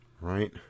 Right